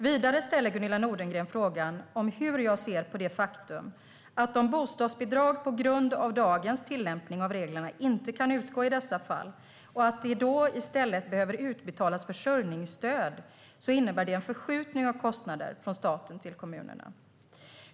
Vidare ställer Gunilla Nordgren frågan hur jag ser på det faktum att om bostadsbidrag på grund av dagens tillämpning av reglerna inte kan utgå i dessa fall och det då i stället behöver utbetalas försörjningsstöd innebär detta en förskjutning av kostnader från staten till kommunerna.